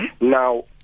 now